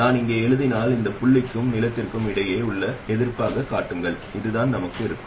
நான் இங்கே எழுதினால் அந்த புள்ளிக்கும் நிலத்திற்கும் இடையே உள்ள எதிர்ப்பாகக் காட்டுங்கள் இதுதான் நமக்கு இருக்கும்